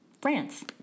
France